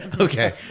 Okay